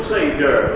Savior